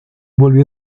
volvió